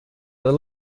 are